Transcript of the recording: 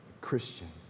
Christian